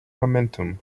momentum